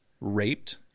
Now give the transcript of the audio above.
raped